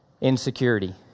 insecurity